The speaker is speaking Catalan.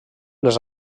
les